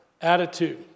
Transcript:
attitude